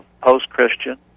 post-Christian